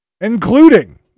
including